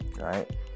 right